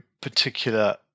particular